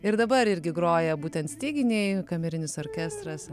ir dabar irgi groja būtent styginiai kamerinis orkestras